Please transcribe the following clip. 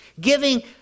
Giving